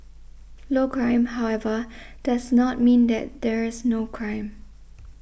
low crime however does not mean that there is no crime